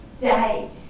day